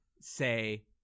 say